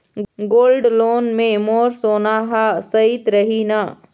Gold loan मे मोर सोना हा सइत रही न?